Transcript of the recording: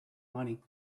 money